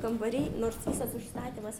kambariai nors visas užstatymas